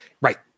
Right